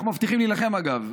אנחנו מבטיחים להילחם, אגב.